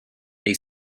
they